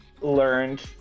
learned